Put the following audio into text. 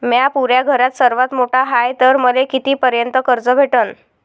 म्या पुऱ्या घरात सर्वांत मोठा हाय तर मले किती पर्यंत कर्ज भेटन?